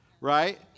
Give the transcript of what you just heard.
right